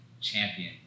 champion